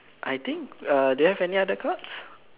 I think uh do you have any other cards